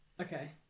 Okay